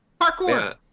Parkour